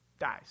dies